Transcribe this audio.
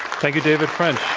thank you, david french.